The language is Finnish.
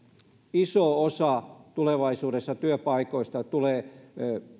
iso osa työpaikoista tulee